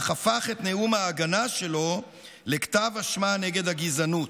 אך הפך את נאום ההגנה שלו לכתב אשמה נגד הגזענות.